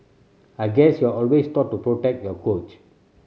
I guess you're always taught to protect your coach